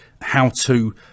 how-to